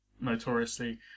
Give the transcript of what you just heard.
notoriously